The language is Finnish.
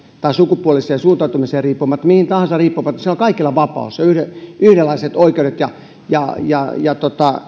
tai sukupuolisesta suuntautumisesta riippumatta mistä tahansa riippumatta vapaus ja yhdenlaiset oikeudet ja ja